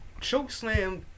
chokeslam